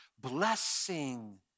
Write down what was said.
blessing